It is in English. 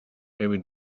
maybe